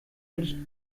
belgique